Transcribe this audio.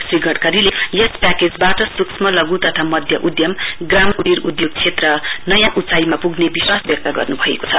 श्री गडकरीले यस प्याकेजबाट सुक्ष्मलघु तथा अध्य उघमग्राम र कुटीर उधोग क्षेत्र नयाँ ऊंचाइमा पुग्ने विश्वास व्यक्त गर्नुभएको छ